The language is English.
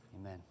Amen